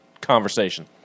conversation